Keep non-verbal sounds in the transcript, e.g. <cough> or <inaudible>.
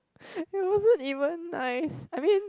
<laughs> it wasn't even nice I mean